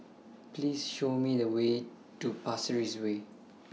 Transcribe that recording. Please Show Me The Way to Pasir Ris Way